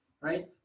right